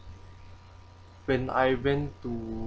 when I went to